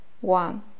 One